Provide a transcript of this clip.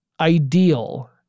ideal